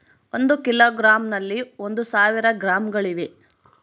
ಒಂದು ಕಿಲೋಗ್ರಾಂ ನಲ್ಲಿ ಒಂದು ಸಾವಿರ ಗ್ರಾಂಗಳಿವೆ